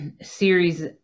series